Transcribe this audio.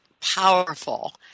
powerful